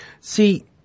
See